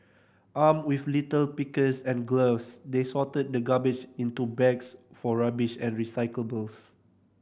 armed with litter pickers and gloves they sorted the garbage into bags for rubbish and recyclables